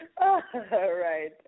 Right